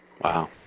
Wow